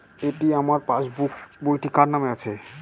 এটি আমার পাসবুক বইটি কার নামে আছে?